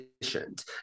efficient